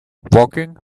walking